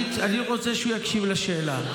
אני רוצה שהוא יקשיב לשאלה.